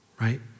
Right